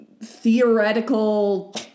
theoretical